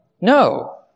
No